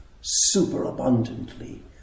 superabundantly